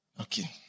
Okay